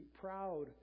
proud